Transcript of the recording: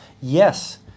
Yes